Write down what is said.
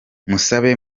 musabe